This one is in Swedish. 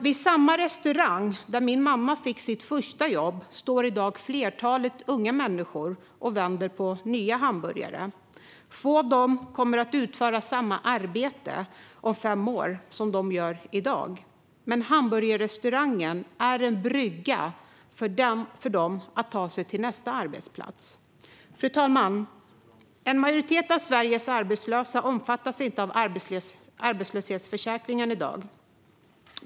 På den restaurang där min mamma fick sitt första jobb står i dag ett flertal unga människor och vänder på nya hamburgare. Få av dem kommer att utföra samma arbete som de gör i dag om fem år, men för dem är hamburgerrestaurangen en brygga till nästa arbetsplats. Fru talman! En majoritet av Sveriges arbetslösa omfattas i dag inte av arbetslöshetsförsäkringen.